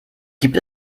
gibt